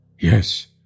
Yes